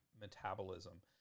metabolism